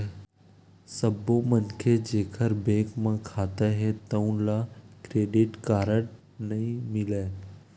सब्बो मनखे जेखर बेंक म खाता हे तउन ल क्रेडिट कारड नइ मिलय